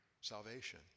salvation